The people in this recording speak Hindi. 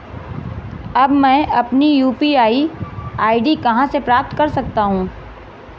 अब मैं अपनी यू.पी.आई आई.डी कहां से प्राप्त कर सकता हूं?